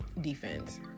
defense